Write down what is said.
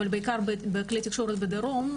אבל בעיקר בכלי תקשורת בדרום,